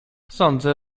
sądzę